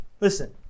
Listen